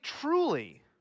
truly